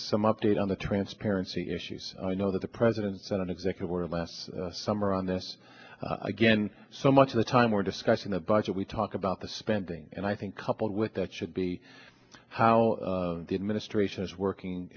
some update on the transparency issues i know that the president sent an executive order last summer on this again so much of the time we're discussing the budget we talk about the spending and i think coupled with that should be how did ministrations working